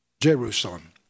Jerusalem